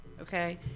okay